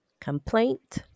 complaint